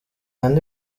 andi